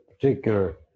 particular